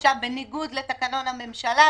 הוגשה בניגוד לתקנון הממשלה.